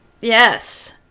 Yes